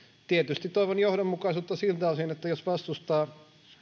tietysti toivon johdonmukaisuutta siltä osin että jos vastustaa